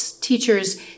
teachers